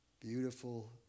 Beautiful